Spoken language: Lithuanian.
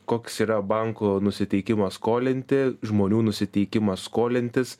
koks yra bankų nusiteikimas skolinti žmonių nusiteikimas skolintis